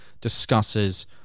discusses